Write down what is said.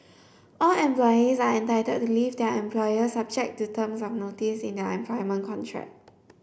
all employees are entitled to leave their employer subject to terms of notice in their employment contract